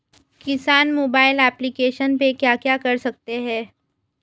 किसान mobile application पे क्या क्या कर सकते हैं?